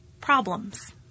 problems